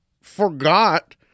forgot